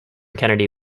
kennedy